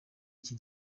iki